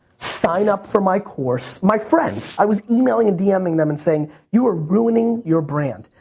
sign up for my course, my friends. i was emailing and dming them and saying you are ruining your brand.